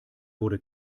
wurde